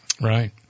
Right